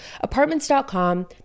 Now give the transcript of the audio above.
apartments.com